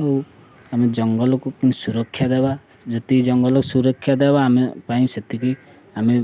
ଆଉ ଆମେ ଜଙ୍ଗଲକୁ ସୁରକ୍ଷା ଦେବା ଯେତିକି ଜଙ୍ଗଲକୁ ସୁରକ୍ଷା ଦେବା ଆମେ ପାଇଁ ସେତିକି ଆମେ